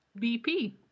BP